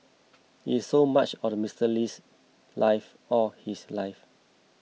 it's so much of Mister Lee's life all his life